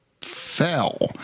fell